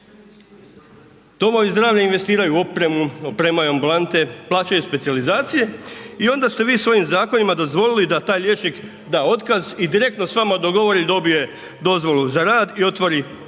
Domovi zdravlja investiraju u opremu, opremaju ambulante, plaćaju specijalizacije i onda ste vi svojim zakonima dozvolili da taj liječnik da otkaz i direktno s vama dogovori, dobije dozvolu za rad i otvori privatnu